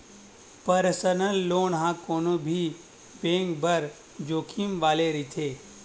personal loan ह कोनो भी बेंक बर जोखिम वाले रहिथे